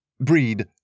Breed